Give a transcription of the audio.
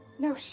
no shame.